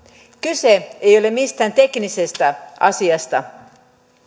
kyse ei ole mistään teknisestä asiasta